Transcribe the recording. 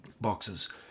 boxes